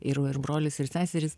ir brolis ir seserys